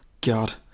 God